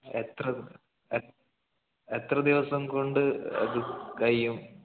എത്ര എത്ര ദിവസം കൊണ്ട് അത് കഴിയും